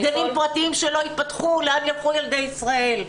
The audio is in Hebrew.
גנים פרטיים שלא ייפתחו לאן ילכו ילדי ישראל?